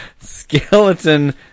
Skeleton